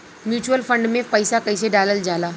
Mutual fund मे पईसा कइसे डालल जाला?